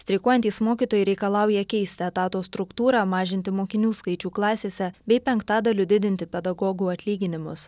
streikuojantys mokytojai reikalauja keisti etato struktūrą mažinti mokinių skaičių klasėse bei penktadaliu didinti pedagogų atlyginimus